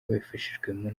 babifashijwemo